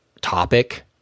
topic